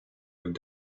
would